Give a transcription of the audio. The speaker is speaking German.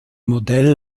modell